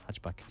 Hatchback